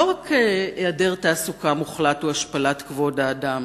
לא רק העדר תעסוקה מוחלט הוא השפלת כבוד האדם,